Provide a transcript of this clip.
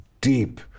deep